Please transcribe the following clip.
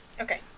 Okay